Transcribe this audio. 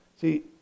See